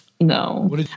No